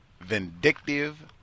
vindictive